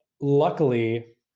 luckily